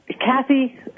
Kathy